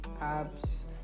abs